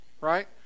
right